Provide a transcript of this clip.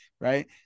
Right